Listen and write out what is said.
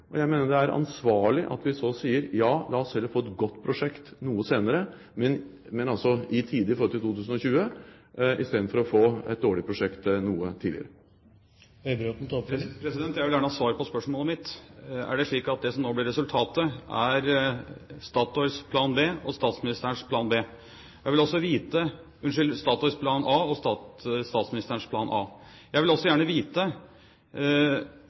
og jeg mener det er ansvarlig at vi så sier: ja, la oss heller få et godt prosjekt noe senere, men altså i tide i forhold til 2020, istedenfor å få et dårlig prosjekt noe tidligere. Jeg vil gjerne ha svar på spørsmålet mitt: Er det slik at det som nå blir resultatet, er Statoils plan A og statsministerens plan A? Jeg vil også gjerne vite